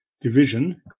division